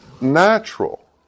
natural